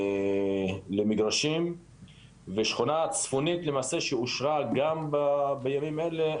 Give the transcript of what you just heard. למגרשים ושכונה צפונית למעשה שאושרה גם בימים אלה,